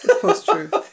Post-truth